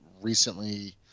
recently